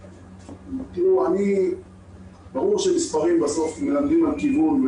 ברור שמספרים בסוף מלמדים על כיוון,